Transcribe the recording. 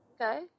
Okay